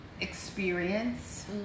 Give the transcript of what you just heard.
experience